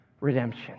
redemption